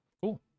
cool